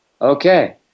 Okay